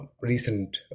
recent